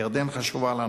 ירדן חשובה לנו.